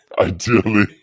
Ideally